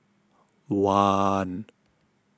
one